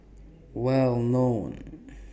Well known